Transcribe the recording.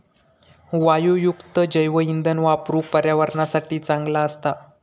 वायूयुक्त जैवइंधन वापरुक पर्यावरणासाठी चांगला असता